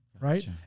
right